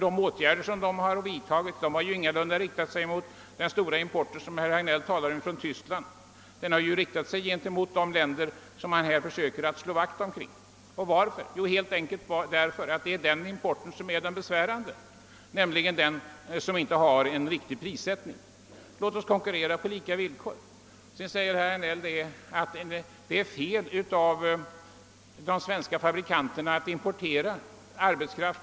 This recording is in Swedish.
De åtgärder som den regeringen har vidtagit har ingalunda riktat sig mot den stora import från Tyskland som herr Hagnell talar om utan mot importen från de länder som han här försöker slå vakt om. Varför? Jo, helt enkelt därför att det är den importen som är den besvärande, nämligen den som inte har en riktig prissättning. Låt oss konkurrera på lika villkor! Vidare säger herr Hagnell att det är oriktigt av de svenska fabrikanterna att importera arbetskraft.